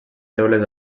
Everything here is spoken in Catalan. teules